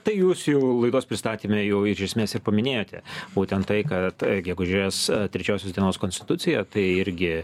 tai jūs jau laidos pristatyme jau iš esmės ir paminėjote būtent tai kad gegužės trečiosios dienos konstitucija tai irgi